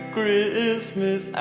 Christmas